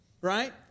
Right